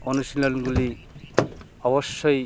অনুশীলনগুলি অবশ্যই